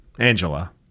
Angela